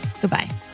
Goodbye